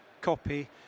copy